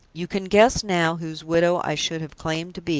you can guess now whose widow i should have claimed to be,